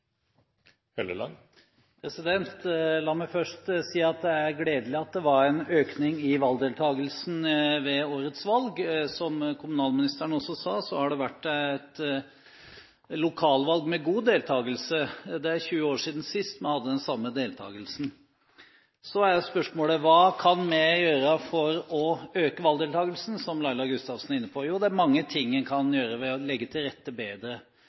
gode. La meg først si at det er gledelig at det var en økning i valgdeltakelsen ved årets valg. Som kommunalministeren også sa, har det vært et lokalvalg med god deltakelse. Det er 20 år siden sist vi hadde den samme deltakelsen. Så er spørsmålet, som Laila Gustavsen er inne på: Hva kan vi gjøre for å øke valgdeltakelsen? Jo, det er mange ting en kan gjøre ved å legge bedre til rette,